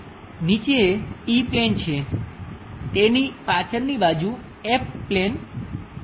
છે નીચે E plane છે તેની પાછળની બાજુ F પ્લેન છે